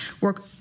work